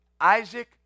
Isaac